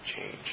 change